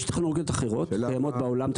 יש טכנולוגיות אחרות שקיימות בעולם.